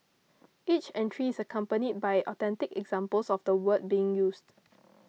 each entry is accompanied by authentic examples of the word being used